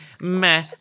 meh